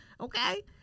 okay